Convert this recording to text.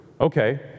Okay